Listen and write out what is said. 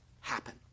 happen